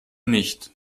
nicht